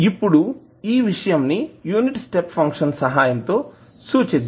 ఇప్పుడు ఈ విషయం ని యూనిట్ స్టెప్ ఫంక్షన్ సహాయంతో సుచిద్దాం